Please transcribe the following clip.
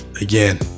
again